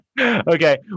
Okay